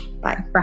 Bye